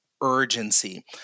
urgency